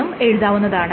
എന്നും എഴുതാവുന്നതാണ്